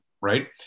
right